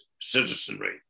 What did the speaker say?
citizenry